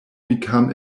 become